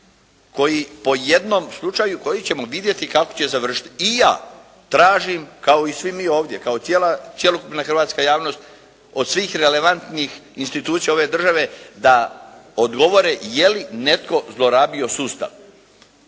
koji po jednom slučaju koji ćemo vidjeti kako će završiti i ja tražim kao i svi mi ovdje, kao cjelokupna hrvatska javnost od svih relevantnih institucija ove države da odgovore je li netko zlorabio sustav.